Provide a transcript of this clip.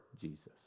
Jesus